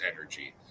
energy